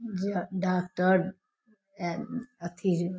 जे डाकटर अथी जे